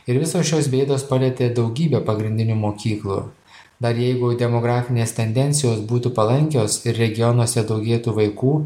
ir visos šios bėdos palietė daugybę pagrindinių mokyklų dar jeigu demografinės tendencijos būtų palankios ir regionuose daugėtų vaikų